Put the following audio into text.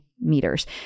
meters